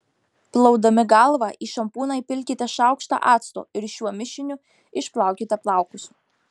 plaudami galvą į šampūną įpilkite šaukštą acto ir šiuo mišiniu išplaukite plaukus